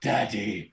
Daddy